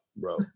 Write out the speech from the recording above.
bro